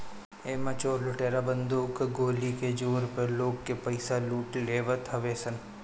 एमे चोर लुटेरा बंदूक गोली के जोर पे लोग के पईसा लूट लेवत हवे सन